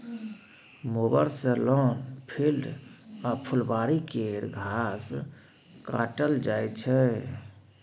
mower सँ lawn, field आ फुलबारी केर घास काटल जाइ छै